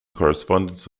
correspondence